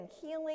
healing